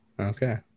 okay